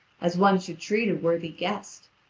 as one should treat a worthy guest.